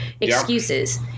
excuses